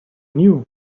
knew